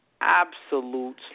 absolute